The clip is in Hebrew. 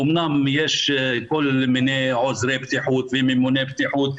אמנם יש עוזרי בטיחות וממוני בטיחות,